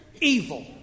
evil